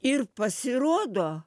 ir pasirodo